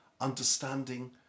understanding